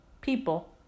people